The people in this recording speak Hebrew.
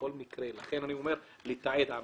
לכן אני אומר: לתעד.